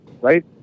Right